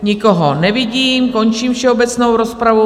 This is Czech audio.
Nikoho nevidím, končím všeobecnou rozpravu.